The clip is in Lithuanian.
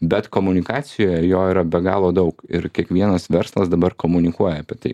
bet komunikacijoje jo yra be galo daug ir kiekvienas verslas dabar komunikuoja apie tai